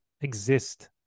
exist